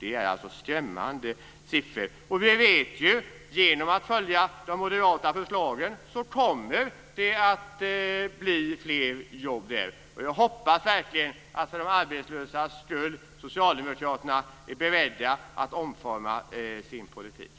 det är skrämmande siffror. Vi vet att det genom de moderata förslagen kommer att bli fler jobb. Jag hoppas verkligen för de arbetslösas skull att socialdemokraterna är beredda att omforma sin politik.